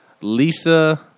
Lisa